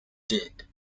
did